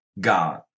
God